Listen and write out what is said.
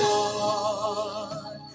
God